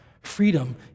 Freedom